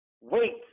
Wait